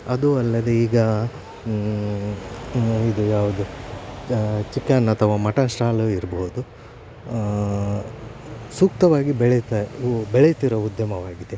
ಅದು ಅಲ್ಲದೆ ಈಗ ಇದು ಯಾವುದು ಚಿಕನ್ ಅಥವಾ ಮಟನ್ ಸ್ಟಾಲ್ ಇರ್ಬೋದು ಸೂಕ್ತವಾಗಿ ಬೆಳೆಯುತ್ತಾ ಇವು ಬೆಳೆಯುತ್ತಿರುವ ಉದ್ಯಮವಾಗಿದೆ